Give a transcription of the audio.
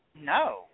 No